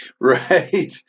right